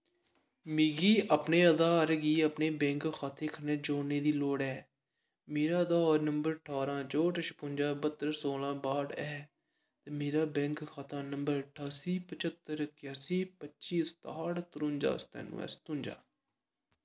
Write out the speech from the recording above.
मिगी अपने आधार गी अपने बैंक खाते कन्नै जोड़ने दी लोड़ ऐ मेरा आधार नंबर ठारां चौंट छपुंजा ब्हत्तर सोलां बाह्ट ऐ ते मेरा बैंक खाता नंबर ठासी पच्हत्तर इक्कयासी पच्ची सताह्ट त्रुंजा सतानुऐं सतुंजा